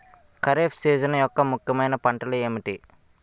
Kharif season యెక్క ముఖ్యమైన పంటలు ఏమిటీ?